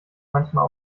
manchmal